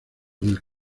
del